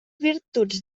virtuts